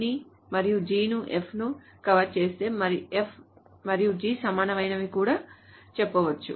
F ని G మరియు G ను F కవర్ చేస్తే F మరియు G సమానమని కూడా చెప్పవచ్చు